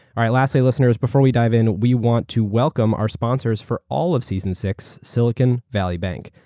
all right. lastly, listeners before we dive in, we want to welcome our sponsors for all of season six, silicon valley bank.